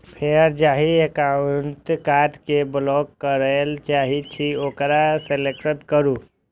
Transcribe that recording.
फेर जाहि एकाउंटक कार्ड कें ब्लॉक करय चाहे छी ओकरा सेलेक्ट करू